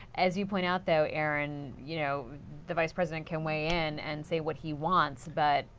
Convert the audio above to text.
as you point out, though, aaron. you know the vice president can weigh in and say what he wants. but,